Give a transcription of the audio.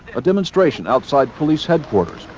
a demonstration outside police headquarters,